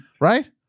right